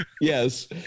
Yes